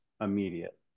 immediate